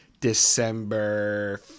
December